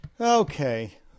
Okay